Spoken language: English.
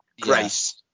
grace